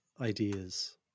ideas